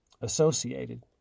associated